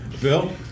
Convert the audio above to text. Bill